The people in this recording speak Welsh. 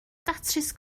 datrys